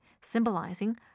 symbolizing